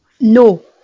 No